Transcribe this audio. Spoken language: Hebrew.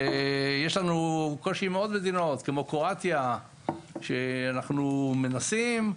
יש לנו קושי עם עוד מדינות כמו קרואטיה שאנחנו מנסים.